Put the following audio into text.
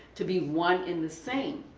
to be one and the same.